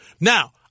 Now